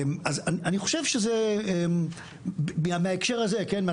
אני חושב שזה מההקשר הזה, כן?